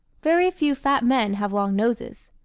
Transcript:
very few fat men have long noses.